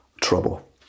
trouble